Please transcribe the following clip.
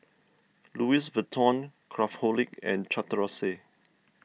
Louis Vuitton Craftholic and Chateraise